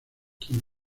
quien